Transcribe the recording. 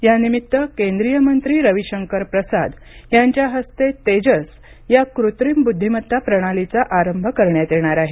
यानिमित्त केंद्रीय मंत्री रवीशंकर प्रसाद यांच्या हस्ते तेजस या कृत्रिम बुद्धीमत्ता प्रणालीचा प्रारंभ करण्यात येणार आहे